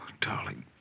darling